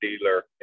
dealer